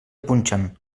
punxen